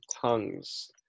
tongues